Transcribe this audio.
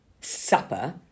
supper